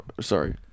Sorry